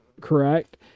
correct